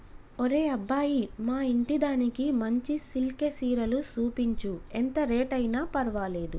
ఒరే అబ్బాయి మా ఇంటిదానికి మంచి సిల్కె సీరలు సూపించు, ఎంత రేట్ అయిన పర్వాలేదు